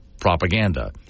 propaganda